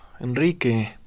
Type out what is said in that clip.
Enrique